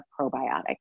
probiotic